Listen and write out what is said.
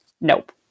nope